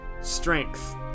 strength